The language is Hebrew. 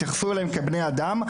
התייחסו אליהם כבני אדם.